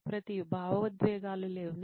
సుప్రతీవ్ భావోద్వేగాలు లేవు